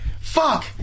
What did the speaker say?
Fuck